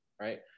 right